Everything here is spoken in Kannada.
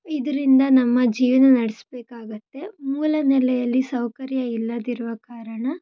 ಇದರಿಂದ ನಮ್ಮ ಜೀವನ ನಡೆಸ್ಬೇಕಾಗತ್ತೆ ಮೂಲನೆಲೆಯಲ್ಲಿ ಸೌಕರ್ಯ ಇಲ್ಲದಿರುವ ಕಾರಣ